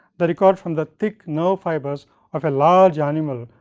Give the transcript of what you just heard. the record from the thick nerve fibers of a large animal,